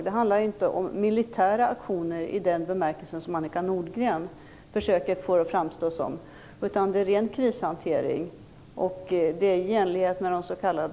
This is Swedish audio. Det handlar inte om militära aktioner i den bemärkelsen som Annika Nordgren försöker få det att framstå som, utan det gäller ren krishantering i enlighet med de s.k.